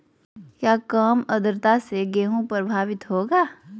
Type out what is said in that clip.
क्या काम आद्रता से गेहु प्रभाभीत होगा?